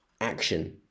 action